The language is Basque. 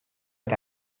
eta